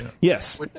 Yes